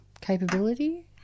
capability